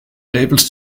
labels